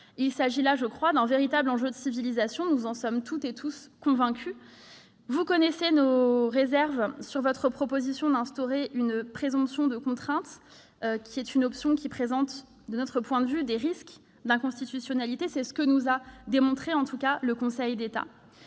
Il s'agit là, je le pense, d'un véritable enjeu de civilisation. Nous en sommes toutes et tous convaincus. Pour autant, vous connaissez nos réserves sur votre proposition d'instaurer une présomption de contrainte, qui est une option présentant, de notre point de vue, des risques d'inconstitutionnalité. C'est ce que nous a démontré le Conseil d'État.